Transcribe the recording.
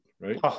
right